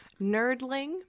Nerdling